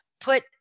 put